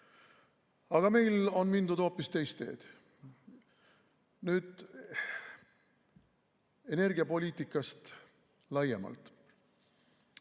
Aga meil on mindud hoopis teist teed. Nüüd energiapoliitikast laiemalt.